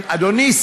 מה הדחיפות?